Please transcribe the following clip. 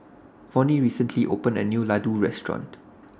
Vonnie recently opened A New Ladoo Restaurant